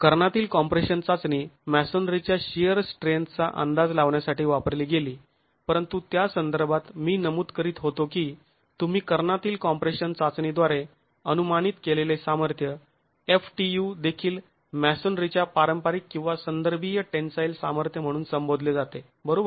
कर्णातील कॉम्प्रेशन चाचणी मॅसोनरीच्या शिअर स्ट्रेंथचा अंदाज लावण्यासाठी वापरली गेली परंतु त्या संदर्भात मी नमूद करीत होतो की तुम्ही कर्णातील कॉम्प्रेशन चाचणीद्वारे अनुमानित केलेले सामर्थ्य ftu देखील मॅसोनरीच्या पारंपारिक किंवा संदर्भीय टेन्साईल सामर्थ्य म्हणून संबोधले जाते बरोबर